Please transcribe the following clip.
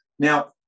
Now